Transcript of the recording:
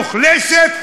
מוחלשת,